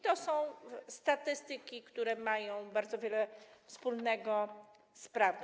To są statystyki, które mają bardzo wiele wspólnego z prawdą.